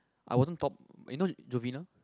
I wasn't top you know Jovena